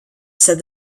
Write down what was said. said